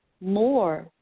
more